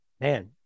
Man